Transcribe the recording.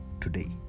today